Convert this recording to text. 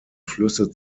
flüsse